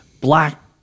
black